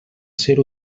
ser